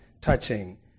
touching